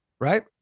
right